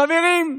חברים,